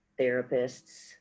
therapists